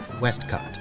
Westcott